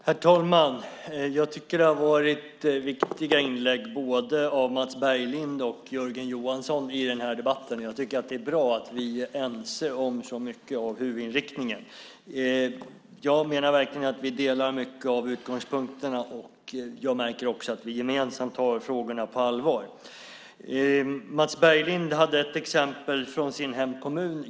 Herr talman! Jag tycker att både Mats Berglind och Jörgen Johansson gjort viktiga inlägg i denna debatt. Det är bra att vi är ense om så mycket av huvudinriktningen. Jag menar att vi verkligen delar mycket av utgångspunkterna och märker också att vi gemensamt tar frågorna på allvar. Mats Berglind tog upp ett exempel från sin hemkommun.